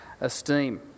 esteem